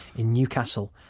in newcastle.